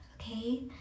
okay